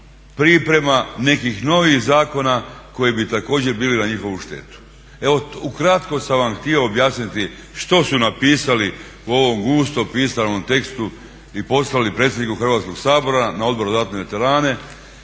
priprema nekih novih zakona koji bi također bili na njihovu štetu. Evo ukratko sam vam htio objasniti što su napisali u ovom gusto pisanom tekstu i poslali predsjedniku Hrvatskoga sabora na Odboru za ratne veterane.